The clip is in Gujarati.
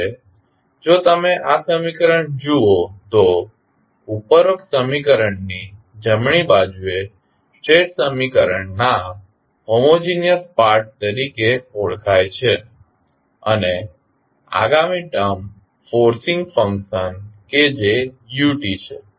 હવે જો તમે આ સમીકરણ જુઓ તો ઉપરોક્ત સમીકરણની જમણી બાજુ એ સ્ટેટ સમીકરણના હોમોજીનીયસ ભાગ તરીકે ઓળખાય છે અને આગામી ટર્મ ફોર્સિંગ ફંકશન કે જે uછે